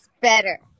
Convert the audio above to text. better